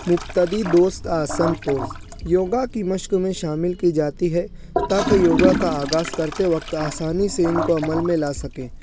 مبتدی دوست آسن پوز یوگا کی مشق میں شامل کی جاتی ہے تاکہ یوگا کا آغاز کرتے وقت آسانی سے ان کو عمل میں لا سکیں